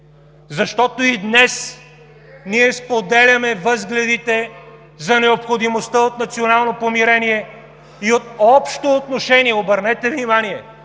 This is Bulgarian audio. Защото и днес споделяме възгледите за необходимостта от национално помирение и от общо отношение, обърнете внимание,